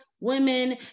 women